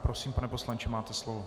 Prosím, pane poslanče, máte slovo.